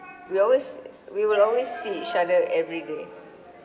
we always we will always see each other everyday